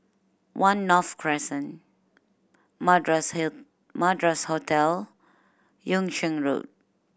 One North Crescent Madras here Madras Hotel Yung Sheng Road